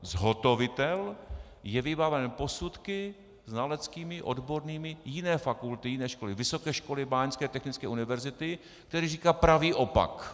Zhotovitel je vybaven posudky znaleckými, odbornými jiné fakulty, Vysoké školy báňské, technické univerzity, který říká pravý opak.